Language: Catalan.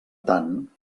tant